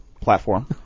platform